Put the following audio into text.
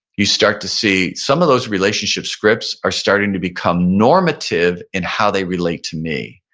you start to see some of those relationships scripts are starting to become normative in how they relate to me.